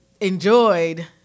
enjoyed